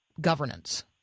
governance